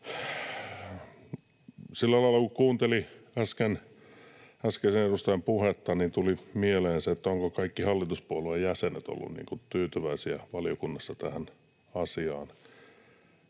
Sillä lailla, kun kuunteli äsken äskeisen edustajan puhetta, tuli mieleen se, ovatko kaikki hallituspuolueen jäsenet olleet tyytyväisiä valiokunnassa tähän asiaan.